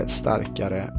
starkare